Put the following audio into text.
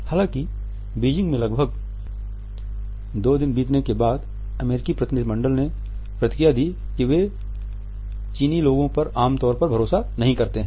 हालांकि बीजिंग में लगभग दो दिन बिताने के बाद अमेरिकी प्रतिनिधि मंडल ने प्रतिक्रिया दी कि वे चीनी लोगो पर आम तौर पर भरोसा नहीं करते हैं